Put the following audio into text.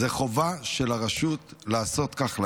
זו חובה של הרשות לעשות כך לאזרח.